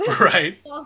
Right